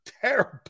terrible